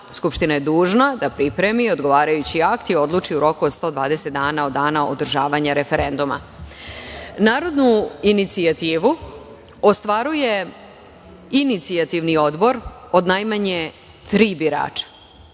Skupština je dužna da pripremi odgovarajući akt i odluči u roku od 120 dana od dana održavanja referenduma. Narodnu inicijativu ostvaruje inicijativni odbor od najmanje tri birača.